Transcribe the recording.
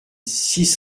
six